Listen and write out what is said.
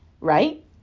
right